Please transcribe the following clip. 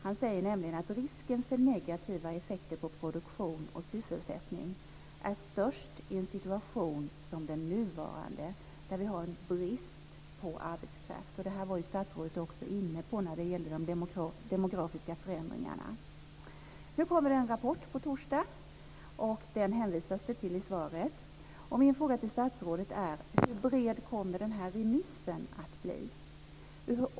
Han säger att risken för negativa effekter på produktion och sysselsättning är störst i en situation som den nuvarande, där vi har en brist på arbetskraft. Det var statsrådet också inne på när det gällde de demografiska förändringarna. Nu kommer det en rapport på torsdag. Den hänvisas det till i svaret. Min fråga till statsrådet är: Hur bred kommer den här remissen att bli?